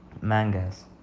mangas